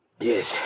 Yes